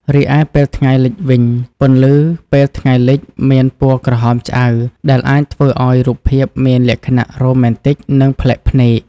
រីឯពេលថ្ងៃលិចវិញ ពន្លឺពេលថ្ងៃលិចមានពណ៌ក្រហមឆ្អៅ ដែលអាចធ្វើឲ្យរូបភាពមានលក្ខណៈរ៉ូមែនទិក និងប្លែកភ្នែក។